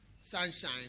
sunshine